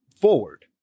forward